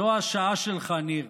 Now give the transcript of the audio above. זו השעה שלך, ניר.